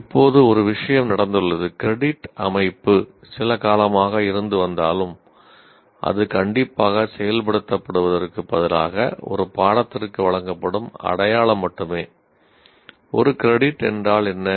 இப்போது ஒரு விஷயம் நடந்துள்ளது கிரெடிட் அமைப்பு என்றால் என்ன